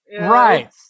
right